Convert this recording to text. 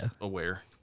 aware